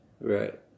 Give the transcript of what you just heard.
Right